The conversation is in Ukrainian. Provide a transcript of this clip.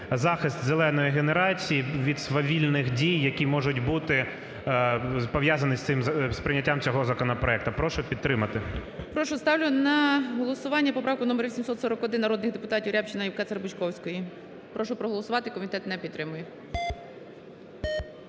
захист "зеленої" генерації від свавільних дій, які можуть бути пов'язані з цим прийняттям цього законопроекту. Прошу підтримати. ГОЛОВУЮЧИЙ. Прошу, ставлю на голосування поправку номер 841 народних депутатів Рябчина і Кацер-Бучковської. Прошу проголосувати, комітет не підтримує.